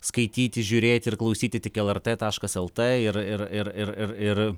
skaityti žiūrėti ir klausyti tik el er tė taškas el tė ir ir ir ir ir